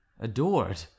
adored